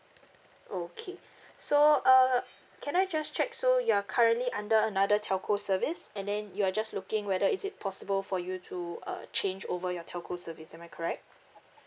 okay so uh can I just check so you're currently under another telco service and then you are just looking whether is it possible for you to uh change over your telco service am I correct